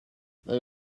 they